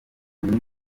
nyigo